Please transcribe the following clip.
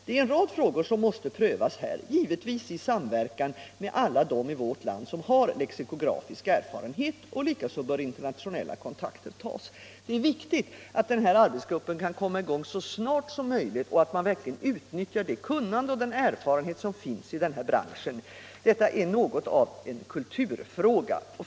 Det är en rad frågor som här måste prövas, givetvis i samverkan med alla dem i vårt land som har lexikografisk erfarenhet. Likaså bör internationella kontakter tas. Det är viktigt att arbetsgruppen kan komma i gång så snart som möjligt och att man verkligen utnyttjar det kunnande och den erfarenhet som finns i branschen. Detta är om något en kulturfråga.